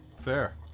Fair